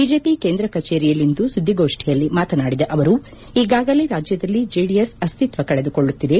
BJP ಕೇಂದ್ರ ಕಚೇರಿಯಲ್ಲಿಂದು ಸುದ್ಗಿಗೋಷ್ಟಿಯಲ್ಲಿ ಮಾತನಾಡಿದ ಅವರು ಈಗಾಗಲೇ ರಾಜ್ಞದಲ್ಲಿ ಜೆಡಿಎಸ್ ಅಸ್ತಿತ್ವ ಕಳೆದುಕೊಳ್ಳುತ್ತಿದೆ